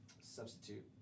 substitute